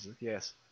Yes